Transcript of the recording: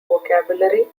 vocabulary